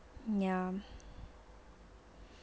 ya